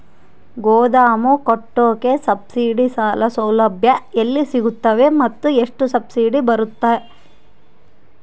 ಗೋದಾಮು ಕಟ್ಟೋಕೆ ಸಬ್ಸಿಡಿ ಸಾಲ ಸೌಲಭ್ಯ ಎಲ್ಲಿ ಸಿಗುತ್ತವೆ ಮತ್ತು ಎಷ್ಟು ಸಬ್ಸಿಡಿ ಬರುತ್ತೆ?